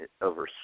over